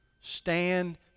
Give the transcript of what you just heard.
Stand